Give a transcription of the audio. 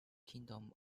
kingdom